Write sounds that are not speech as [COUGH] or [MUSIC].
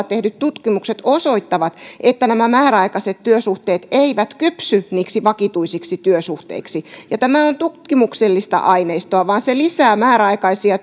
[UNINTELLIGIBLE] tehdyt tutkimukset osoittavat että nämä määräaikaiset työsuhteet eivät kypsy niiksi vakituisiksi työsuhteiksi ja tämä on tutkimuksellista aineistoa vaan tämä lisää määräaikaisia [UNINTELLIGIBLE]